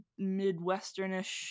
midwesternish